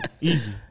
easy